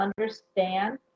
understand